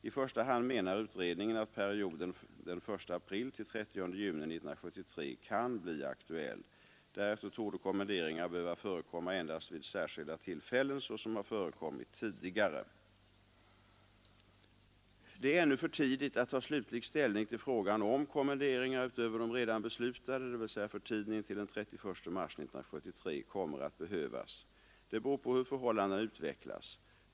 I första hand menar utredningen att perioden den 1 april—30 juni 1973 kan bli aktuell. Därefter torde kommenderingar behöva förekomma endast vid särskilda tillfällen såsom har förekommit tidigare. Det är ännu för tidigt att ta slutlig ställning till frågan, om kommenderingar utöver de redan beslutade, dvs. för tiden intill den 31 mars 1973, kommer att behövas. Det beror på hur förhållandena utvecklas.